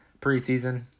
preseason